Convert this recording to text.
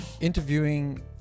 interviewing